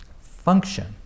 function